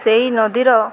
ସେଇ ନଦୀର